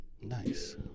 Nice